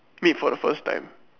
meet for the first time